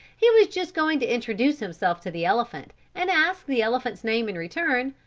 he was just going to introduce himself to the elephant and ask the elephant's name in return,